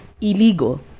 illegal